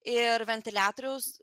ir ventiliatoriaus